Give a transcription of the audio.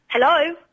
Hello